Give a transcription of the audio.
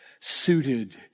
suited